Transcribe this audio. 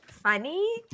funny